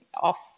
off